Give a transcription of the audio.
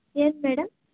ಏನು ಮೇಡಮ್